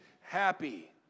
happy